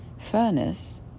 furnace